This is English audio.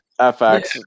FX